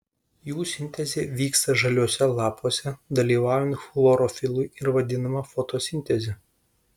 jų sintezė vyksta žaliuose lapuose dalyvaujant chlorofilui ir vadinama fotosinteze